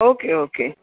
okay okay